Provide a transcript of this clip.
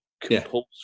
compulsory